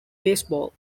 baseball